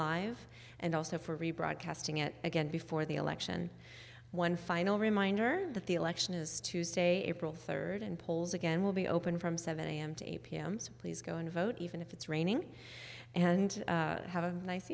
live and also for rebroadcasting it again before the election one final reminder that the election is tuesday april third and polls again will be open from seven am to eight pm some please go and vote even if it's raining and have a nice